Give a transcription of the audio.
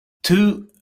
two